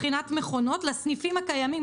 מכונות רק ברשת ויקטורי לסניפים הקיימים,